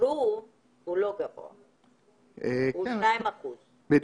שאושרו הוא לא גבוה, הוא 2%. בדיוק.